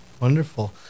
Wonderful